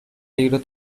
libro